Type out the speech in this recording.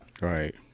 Right